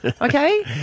Okay